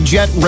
Jet